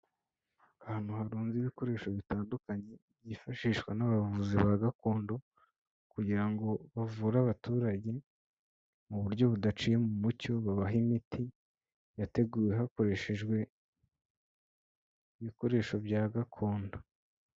Ahantu harunze ibikoresho bitandukanye, byifashishwa n'abavuzi ba gakondo, kugira ngo bavure abaturage, mu buryo budaciye mu mucyo, babahe imiti yateguwe hakoreshejwe ibikoresho bya gakondo.